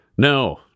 No